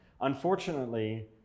unfortunately